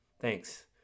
Thanks